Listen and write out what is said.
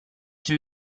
two